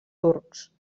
turcs